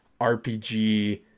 rpg